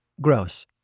gross